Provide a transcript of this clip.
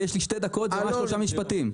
יש לי שתי דקות לומר שלושה משפטים.